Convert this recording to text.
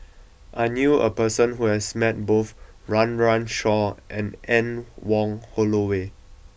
I knew a person who has met both Run Run Shaw and Anne Wong Holloway